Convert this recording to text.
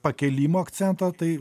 pakėlimo akcento tai